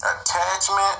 Attachment